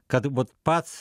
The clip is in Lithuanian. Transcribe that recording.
kad vot pats